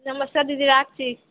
নমস্কার দিদি রাখছি